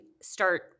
start